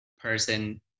person